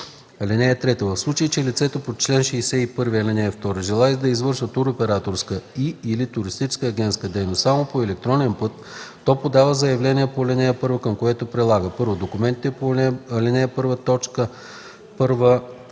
и 10. (3) В случай че лице по чл. 61, ал. 2 желае да извършва туроператорска и/или туристическа агентска дейност само по електронен път, то подава заявлението по ал. 1, към което прилага: 1. документите по ал. 1,